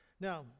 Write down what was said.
Now